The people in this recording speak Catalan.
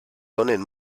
donen